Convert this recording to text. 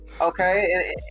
okay